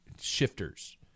shifters